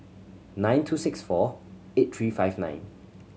nine two six four eight three five nine